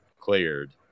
cleared